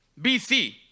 BC